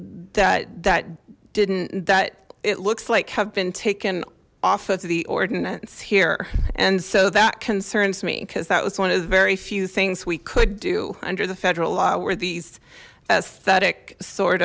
that that didn't that it looks like have been taken off of the ordinance here and so that concerns me because that was one of very few things we could do under the federal law were these aesthetic sort